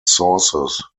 sources